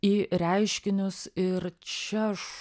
į reiškinius ir čia aš